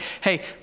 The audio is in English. hey